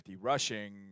rushing